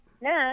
next